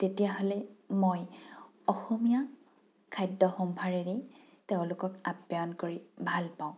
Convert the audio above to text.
তেতিয়াহ'লে মই অসমীয়া খাদ্য সম্ভাৰেৰে তেওঁলোকক আপ্যায়ন কৰি ভাল পাওঁ